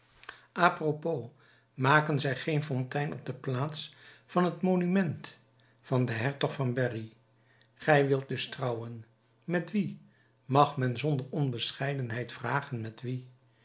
apropos maken zij geen fontein op de plaats van het monument van den hertog van berry gij wilt dus trouwen met wie mag men zonder onbescheidenheid vragen met wie